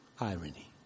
irony